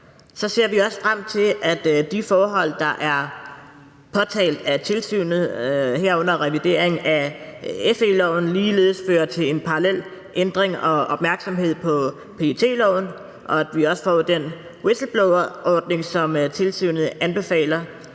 Så ser vi også frem til, at de forhold, der er påtalt af tilsynet, herunder revidering af FE-loven, ligeledes fører til en parallel ændring af og opmærksomhed på PET-loven, og at vi også får den whistleblowerordning, som tilsynet anbefaler.